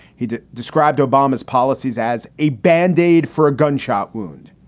he described obama's policies as a band-aid for a gunshot wound.